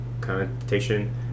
connotation